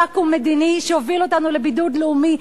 ואקום מדיני שיוביל אותנו לבידוד לאומי?